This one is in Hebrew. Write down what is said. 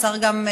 השר גם,